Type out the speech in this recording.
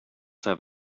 have